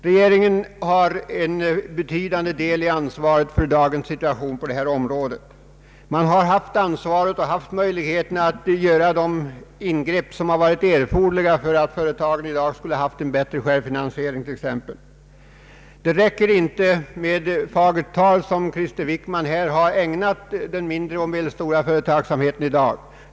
Regeringen har en betydande del av ansvaret för dagens situation på detta område. Man har haft ansvaret och haft möjligheterna att göra de ingrepp som varit erforderliga t.ex. för att företagen i dag skulle ha haft en större självfinansiering. Det räcker inte med fagert tal som herr Wickman har ägnat den mindre och medelstora företagsamheten i dag.